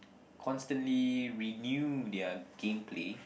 constantly renew their game play